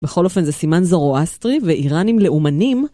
בכל אופן זה סימן זרואסטרי ואיראנים לאומנים.